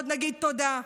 ועוד נגיד תודה.